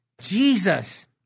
Jesus